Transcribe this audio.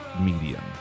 medium